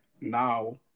now